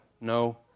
No